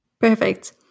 Perfect